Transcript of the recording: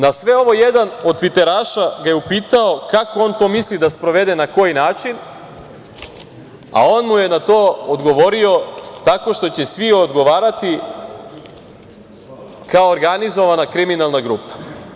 Na sve ovo jedan od tviteraša ga je upitao - kako on to misli da sprovede, na koji način, a on mu je na to odgovorio - tako što će svi odgovarati kao organizovana kriminalna grupa.